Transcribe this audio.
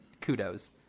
kudos